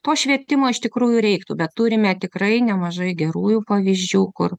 to švietimo iš tikrųjų reiktų bet turime tikrai nemažai gerųjų pavyzdžių kur